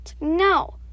No